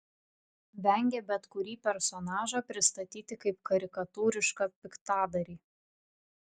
vengė bet kurį personažą pristatyti kaip karikatūrišką piktadarį